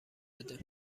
بده